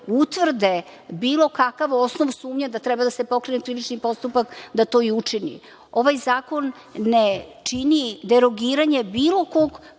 utvrde bilo kakav osnov sumnje da treba da se pokrene krivični postupak, da to i učini. Ovaj zakon ne čini derogiranje bilo kog